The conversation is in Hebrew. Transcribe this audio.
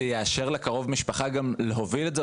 זה יאשר לקרוב משפחה גם להוביל את זה?